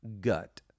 gut